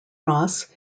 ross